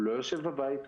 הוא לא יושב בבית,